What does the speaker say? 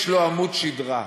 יש לו עמוד שדרה.